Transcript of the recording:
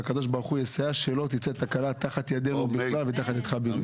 והקדוש ברוך הוא יסייע שלא תצא תקלה תחת ידינו בכלל ותחת ידיך בפרט.